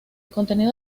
contenido